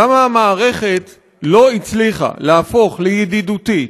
למה המערכת לא הצליחה להפוך לידידותית,